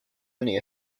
only